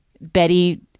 Betty